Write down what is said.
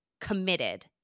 committed